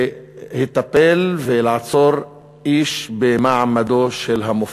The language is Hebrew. להיטפל ולעצור איש במעמדו של המופתי.